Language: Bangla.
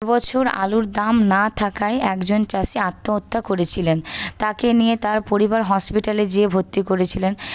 এ বছর আলুর দাম না থাকায় একজন চাষি আত্মহত্যা করেছিলেন তাকে নিয়ে তার পরিবার হসপিটালে গিয়ে ভর্তি করেছিলেন